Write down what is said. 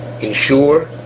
ensure